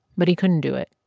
but he couldn't do it.